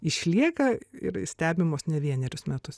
išlieka ir stebimos ne vienerius metus